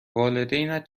والدینت